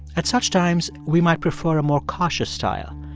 at such times, we might prefer a more cautious style,